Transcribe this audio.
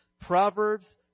Proverbs